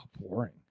boring